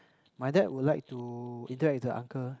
my dad would like to interact with the uncle